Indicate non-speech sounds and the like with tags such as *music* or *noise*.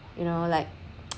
you know like *noise*